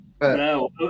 No